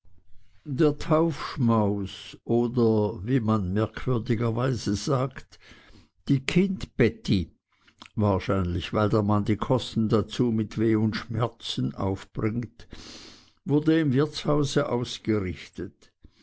der taufschmaus oder wie man merkwürdigerweise sagt die kindbetti wahrscheinlich weil der mann die kosten dazu mit weh und schmerzen aufbringt wurde im wirtshause ausgerichtet